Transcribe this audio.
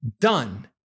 done